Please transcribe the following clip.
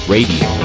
Radio